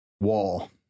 Wall